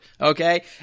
Okay